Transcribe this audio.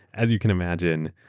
as you can imagine,